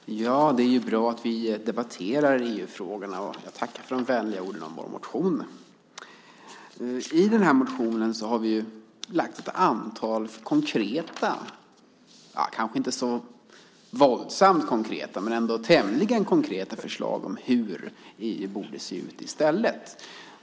Herr talman! Det är bra att vi debatterar EU-frågorna, och jag tackar för de vänliga orden om vår motion. I motionen har vi lagt fram ett antal tämligen konkreta förslag om hur EU borde se ut.